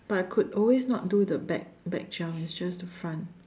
but I could always not do the back back jump it was just the front